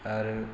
आरो